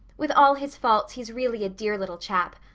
with all his faults he's really a dear little chap.